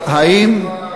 זה נעשה בצורה גסה.